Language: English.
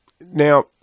Now